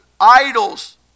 idols